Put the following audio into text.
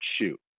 shoot